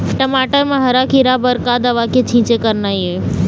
टमाटर म हरा किरा बर का दवा के छींचे करना ये?